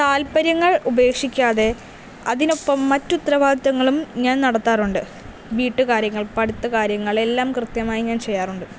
താല്പര്യങ്ങൾ ഉപേക്ഷിക്കാതെ അതിനൊപ്പം മറ്റു ഉത്തരവാദിത്വങ്ങളും ഞാൻ നടത്താറുണ്ട് വീട്ട് കാര്യങ്ങൾ പഠിത്ത കാര്യങ്ങൾ എല്ലാം കൃത്യമായി ഞാൻ ചെയ്യാറുണ്ട്